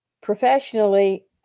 professionally